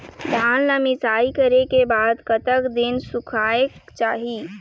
धान ला मिसाई करे के बाद कतक दिन सुखायेक चाही?